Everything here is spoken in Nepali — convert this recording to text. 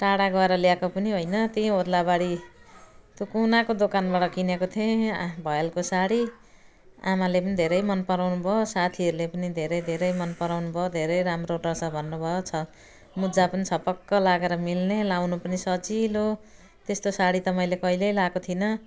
टाढा गएर ल्याएको पनि होइन त्यहीँ ओद्लाबारी त्यो कुनाको दोकानबाट किनेको थिएँ भयलको साडी आमाले पनि धेरै मनपराउनु भयो साथीहरूले पनि धेरै धेरै मनपराउनु भयो धेरै राम्रो टच छ भन्नुभयो छ म जहाँ पनि छपक्क लगाएर मिल्ने लगाउनु पनि सजिलो त्यस्तो साडी त मैले कहिले लगाएको थिइनँ